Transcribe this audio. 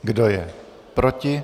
Kdo je proti?